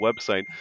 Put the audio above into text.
website